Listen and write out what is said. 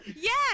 yes